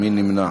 מי נמנע?